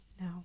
No